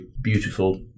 beautiful